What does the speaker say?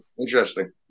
interesting